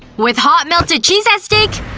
with hot melted cheese at stake,